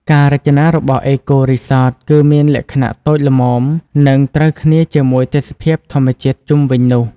ការរចនារបស់អេកូរីសត គឺមានលក្ខណៈតូចល្មម និងត្រូវគ្នាជាមួយទេសភាពធម្មជាតិជុំវិញនោះ។